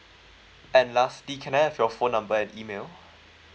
and lastly can I have your phone number and email